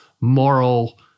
moral